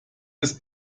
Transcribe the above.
ist